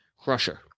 Crusher